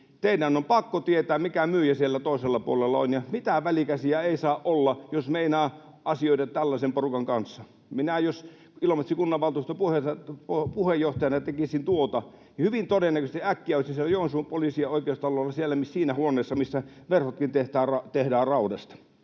teidän on pakko tietää, mikä myyjä siellä toisella puolella on, ja mitään välikäsiä ei saa olla, jos meinaa asioida tällaisen porukan kanssa. Minä jos Ilomantsin kunnanvaltuuston puheenjohtajana tekisin tuota, niin hyvin todennäköisesti äkkiä olisin Joensuun poliisi- ja oikeustalolla siinä huoneessa, missä verhotkin tehdään raudasta.